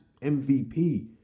MVP